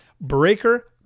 Breaker